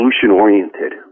solution-oriented